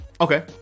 Okay